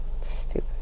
stupid